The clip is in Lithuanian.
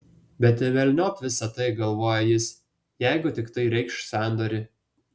bet velniop visa tai galvojo jis jeigu tik tai reikš sandorį